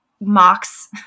mocks